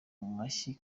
mashyi